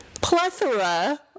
plethora